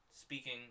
Speaking